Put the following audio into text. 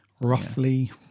Roughly